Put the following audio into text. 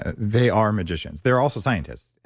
ah they are magicians. they're also scientists,